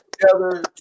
together